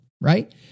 right